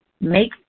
Make